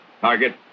Target